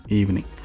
evening